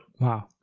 Wow